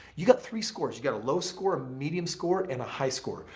you got three scores. you got a low score a medium score and a high score.